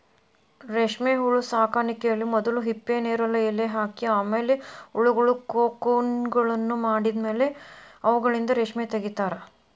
ರೇಷ್ಮೆಹುಳು ಸಾಕಾಣಿಕೆಯಲ್ಲಿ ಮೊದಲು ಹಿಪ್ಪುನೇರಲ ಎಲೆ ಹಾಕಿ ಆಮೇಲೆ ಹುಳಗಳು ಕೋಕುನ್ಗಳನ್ನ ಮಾಡಿದ್ಮೇಲೆ ಅವುಗಳಿಂದ ರೇಷ್ಮೆ ತಗಿತಾರ